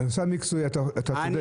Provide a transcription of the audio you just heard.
בנושא המקצועי אתה צודק.